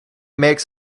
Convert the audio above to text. makes